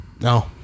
No